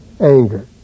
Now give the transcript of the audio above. anger